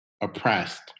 oppressed